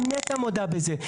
גם נת"ע מודה בזה.